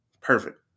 Perfect